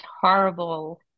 horrible